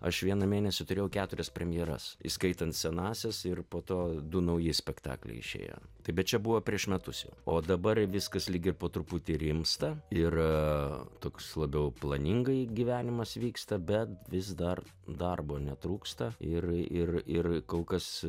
aš vieną mėnesį turėjau keturias premjeras įskaitant senąsias ir po to du nauji spektakliai išėjo tai bet čia buvo prieš metus jau o dabar viskas lyg ir po truputį rimsta yra toks labiau planingai gyvenimas vyksta bet vis dar darbo netrūksta ir ir ir kol kas